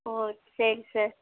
ஓ சரி சார்